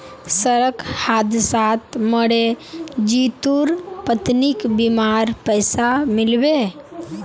सड़क हादसात मरे जितुर पत्नीक बीमार पैसा मिल बे